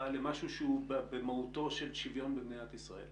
למשהו שהוא במהותו של שוויון במדינת ישראל.